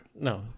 no